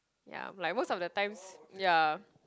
yeah like most of the times yeah